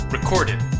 Recorded